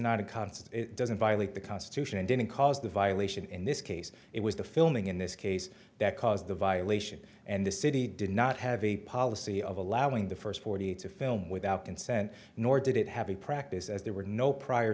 concept it doesn't violate the constitution and didn't cause the violation in this case it was the filming in this case that caused the violation and the city did not have a policy of allowing the first forty eight to film without consent nor did it have a practice as there were no prior